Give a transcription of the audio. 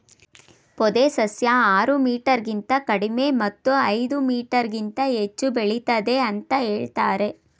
ಪೊದೆ ಸಸ್ಯ ಆರು ಮೀಟರ್ಗಿಂತ ಕಡಿಮೆ ಮತ್ತು ಐದು ಮೀಟರ್ಗಿಂತ ಹೆಚ್ಚು ಬೆಳಿತದೆ ಅಂತ ಹೇಳ್ತರೆ